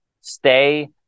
stay